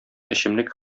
эчемлек